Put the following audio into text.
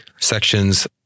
Sections